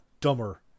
dumber